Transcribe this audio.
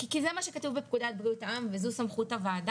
כי זה מה שכתוב בפקודת בריאות העם וזאת סמכות הוועדה,